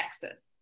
Texas